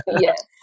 Yes